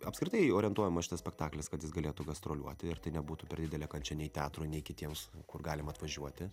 apskritai orientuojama šitas spektaklis kad jis galėtų gastroliuoti ir tai nebūtų per didelė kančia nei teatrui nei kitiems kur galim atvažiuoti